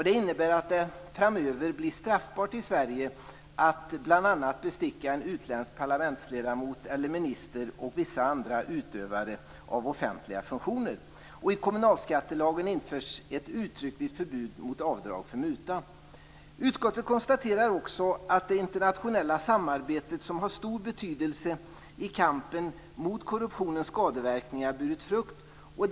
Det innebär att det framöver blir straffbart i Sverige att bl.a. besticka en utländsk parlamentsledamot eller minister och vissa andra utövare av offentliga funktioner. I kommunalskattelagen införs ett uttryckligt förbud mot avdrag för muta. Utskottet konstaterar också att det internationella samarbetet, som har stor betydelse i kampen mot korruptionens skadeverkningar, har burit frukt.